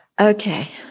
Okay